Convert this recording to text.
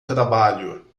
trabalho